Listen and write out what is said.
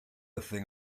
thing